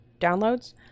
downloads